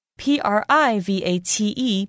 private